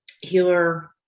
healer